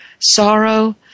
sorrow